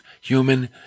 human